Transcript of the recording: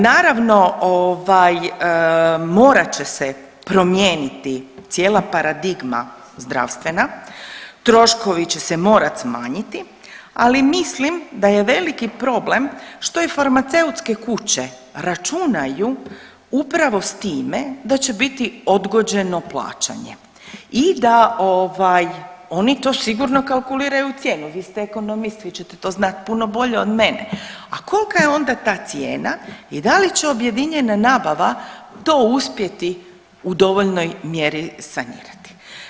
Naravno ovaj, morat će se promijeniti cijela paradigma zdravstvena, troškovi će se morati smanjiti, ali mislim da je veliki problem što i farmaceutske kuće računaju upravo s time da će biti odgođeno plaćanje i da ovaj, oni to sigurno kalkuliraju u cijenu, vi ste ekonomist, vi ćete to znati puno bolje od mene, a kolika je onda ta cijena i da li će objedinjena nabava to uspjeti u dovoljnoj mjeri sanirati?